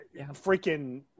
freaking